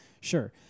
Sure